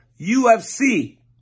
UFC